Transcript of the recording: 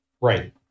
right